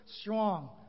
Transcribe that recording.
strong